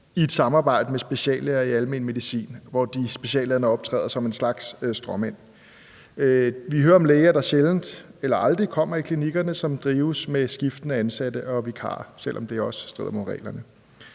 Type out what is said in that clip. i et samarbejde med speciallæger i almen medicin, hvor de speciallæger optræder som en slags stråmænd. Vi hører om læger, der sjældent eller aldrig kommer i klinikkerne, som drives med skiftende ansatte og vikarer, selv om det også strider mod reglerne.